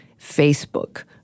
Facebook